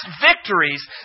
victories